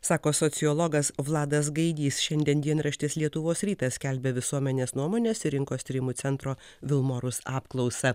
sako sociologas vladas gaidys šiandien dienraštis lietuvos rytas skelbia visuomenės nuomonės ir rinkos tyrimų centro vilmorus apklausą